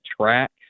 track